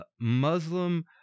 Muslim